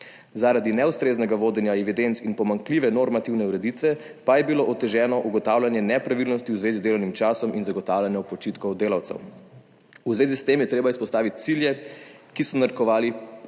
Zaradi neustreznega vodenja evidenc in pomanjkljive normativne ureditve pa je bilo oteženo ugotavljanje nepravilnosti v zvezi z delovnim časom in zagotavljanje počitkov delavcev. V zvezi s tem je treba izpostaviti cilje, ki so narekovali